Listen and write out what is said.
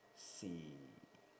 see